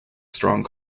strong